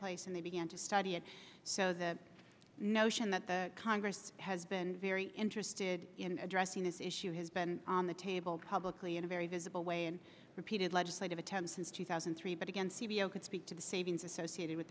place and they began to study it so the notion that the congress has been very interested in addressing this issue has been on the table publicly in a very visible way in repeated legislative attempts since two thousand and three but again cvo could speak to the savings associated with